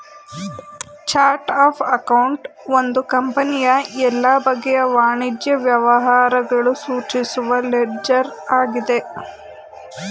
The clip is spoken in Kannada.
ಚರ್ಟ್ ಅಫ್ ಅಕೌಂಟ್ ಒಂದು ಕಂಪನಿಯ ಎಲ್ಲ ಬಗೆಯ ವಾಣಿಜ್ಯ ವ್ಯವಹಾರಗಳು ಸೂಚಿಸುವ ಲೆಡ್ಜರ್ ಆಗಿದೆ